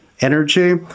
energy